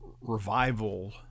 revival